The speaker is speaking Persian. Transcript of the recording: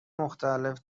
مختلف